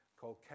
called